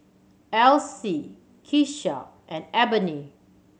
Alcee Kesha and Ebony